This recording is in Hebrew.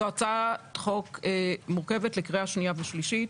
זו הצעת חוק מורכבת לקריאה שנייה ושלישית.